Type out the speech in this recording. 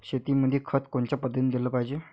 शेतीमंदी खत कोनच्या पद्धतीने देलं पाहिजे?